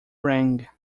rang